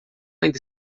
ainda